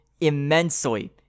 immensely